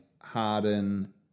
Harden